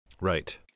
Right